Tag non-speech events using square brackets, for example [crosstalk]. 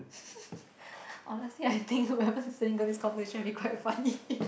[laughs] honestly I think whoever seeing this conversation will be quite funny